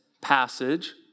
passage